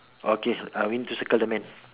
okay I want you to circle the man